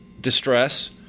distress